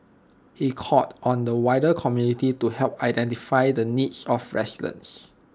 he called on the wider community to help identify the needs of residents